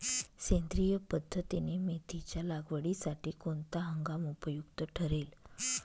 सेंद्रिय पद्धतीने मेथीच्या लागवडीसाठी कोणता हंगाम उपयुक्त ठरेल?